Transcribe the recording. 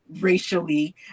racially